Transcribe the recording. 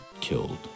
killed